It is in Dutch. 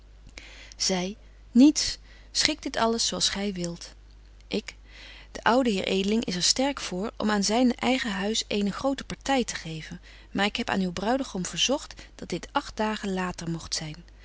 zy niets schik dit alles zo als gy wilt ik de oude heer edeling is er sterk voor om aan zyn eigen huis eene grote party te geven maar ik heb aan uw bruidegom verzogt dat dit agt dagen later mogt zyn